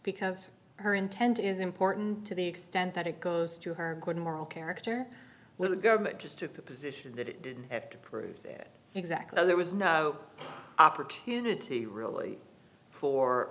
because her intent is important to the extent that it goes to her moral character where the government just took the position that it didn't have to prove that exactly there was no opportunity really for